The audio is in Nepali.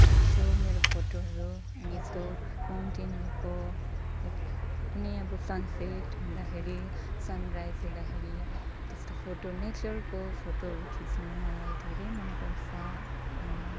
खिच्छु मेरो फोटोहरू यस्तो माउन्टेनहरूको लाइक कुनै अब सनसेट हुँदाखेरि सनराइज हुँदाखेरि त्यस्तै फोटो नेचरको फोटोहरू खिच्नु मलाई धेरै मन पर्छ अनि